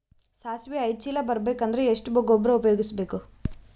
ಸಾಸಿವಿ ಐದು ಚೀಲ ಬರುಬೇಕ ಅಂದ್ರ ಎಷ್ಟ ಗೊಬ್ಬರ ಉಪಯೋಗಿಸಿ ಬೇಕು?